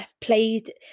played